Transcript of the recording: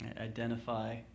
identify